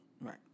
Right